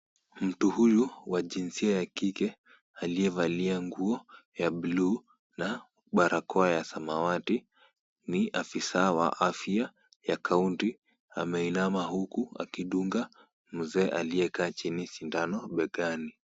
Mtu huyu wa jinsia ya kike aliyevalia nguo ya bluu na barakoa ya samawati ni afisa wa afya ya kaunti, ameinama huku akidunga mzee aliyekaa chini sindano begani